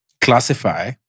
classify